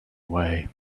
way